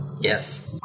Yes